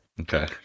Okay